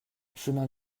chemin